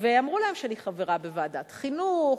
ואמרו להם שאני חברה בוועדת חינוך,